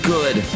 Good